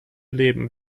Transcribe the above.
leben